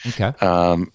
Okay